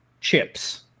chips